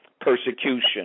persecution